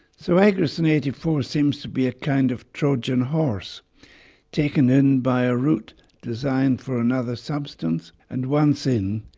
so agrocin eighty four seems to be a kind of trojan horse taken in by a route designed for another substance and once in,